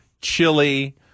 chili